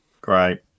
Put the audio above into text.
Great